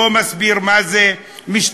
לא מסביר מה זה משטרה,